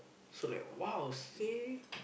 so like !wow! seh